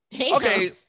Okay